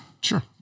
Sure